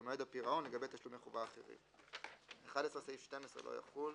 ובמועד הפרעון לגבי תשלומי חובה אחרים"; (11)סעיף 12 לא יחול,